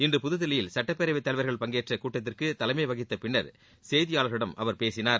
இன்று புதுதில்லியில் சட்டப்பேரவைத் தலைவர்கள் பங்கேற்ற கூட்டத்திற்கு தலைமை வகித்த பின்னர் செய்தியாளர்களிடம் அவர் பேசினார்